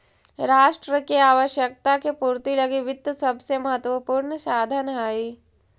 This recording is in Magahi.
राष्ट्र के आवश्यकता के पूर्ति लगी वित्त सबसे महत्वपूर्ण साधन हइ